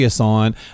on